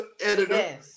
editor